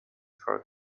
for